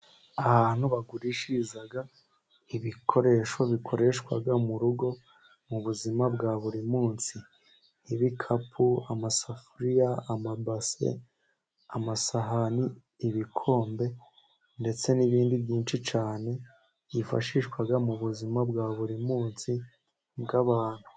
Ahantu bagurishiriza ibikoresho bikoreshwa mu rugo mu buzima bwa buri munsi, nki'bikapu amasafuriya, amabase, amasahani, ibikombe ndetse n'ibindi byinshi cyane byifashishwa mu buzima bwa buri munsi bw'abantu.